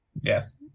Yes